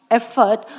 effort